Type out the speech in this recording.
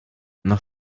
noch